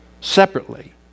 separately